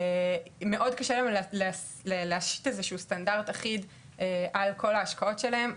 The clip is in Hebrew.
מאוד קשה להם להשתית איזה שהוא סטנדרט אחיד על כל ההשקעות שלהם,